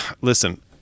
Listen